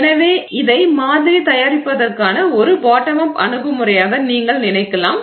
எனவே இதை மாதிரி தயாரிப்பதற்கான ஒரு பாட்டம் அப் அணுகுமுறையாக நீங்கள் நினைக்கலாம்